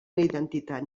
identitat